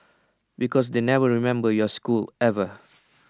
because they never remember your school ever